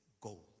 gold